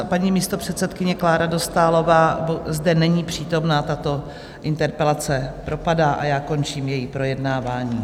Paní místopředsedkyně Klára Dostálová zde není přítomna, tato interpelace propadá a já končím její projednávání.